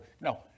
No